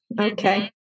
okay